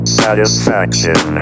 satisfaction